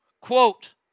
Quote